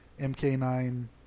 MK9